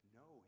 no